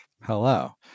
Hello